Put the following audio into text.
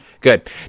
Good